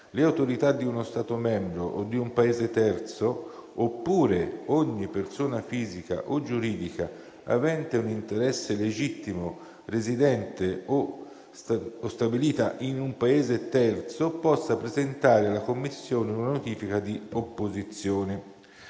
le autorità di uno Stato membro o di un Paese terzo, oppure ogni persona fisica o giuridica avente un interesse legittimo e residente o stabilita in un Paese terzo, possono presentare alla Commissione una notifica di opposizione.